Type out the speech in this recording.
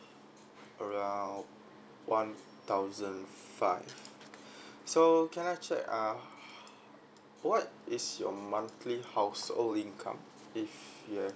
around one thousand five so can I check uh what is your monthly household income if you have